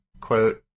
quote